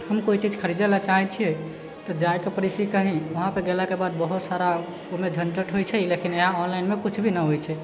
हम कोइ चीज खरीदै लए चाहैत छियै तऽ जायके पड़ैत छै कहींँ वहाँ पर गेलाके बाद बहुत सारा ओहिमे झंझट होइत छै लेकिन यहाँ ऑनलाइनमे किछु भी नहि होइत छै